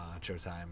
Showtime